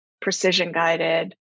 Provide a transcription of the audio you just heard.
precision-guided